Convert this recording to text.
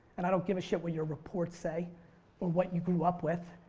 and i don't give a shit what your reports say or what you grew up with.